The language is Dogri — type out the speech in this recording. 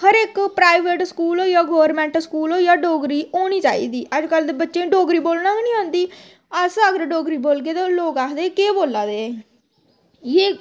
हर इक प्राईवेट स्कूल होई गेआ गौरमैंट स्कूल होई गेआ डोगरी होनी चाहिदी अजकल्ल दे बच्चें डोगरी बोलना गै निं औंदी अस अगर डोगरी बोलगे ते लोग आखदे केह् बोला दे एह् इ'यै